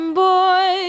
boy